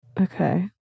Okay